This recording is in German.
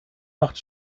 macht